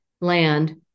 land